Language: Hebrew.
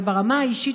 וברמה האישית,